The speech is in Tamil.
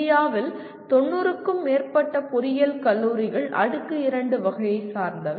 இந்தியாவில் 90 க்கும் மேற்பட்ட பொறியியல் கல்லூரிகள் அடுக்கு 2 வகையைச் சேர்ந்தவை